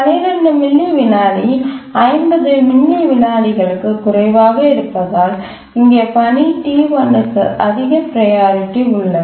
12 milli விநாடி 50 milli விநாடிகளுக்கு குறைவாக இருப்பதால் இங்கே பணி T1 க்கு அதிக ப்ரையாரிட்டி உள்ளது